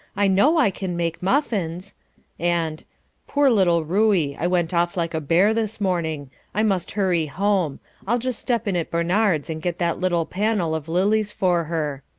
i know i can make muffins and poor little ruey, i went off like a bear this morning i must hurry home i'll just step in at barnard's and get that little panel of lilies for her.